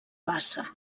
bassa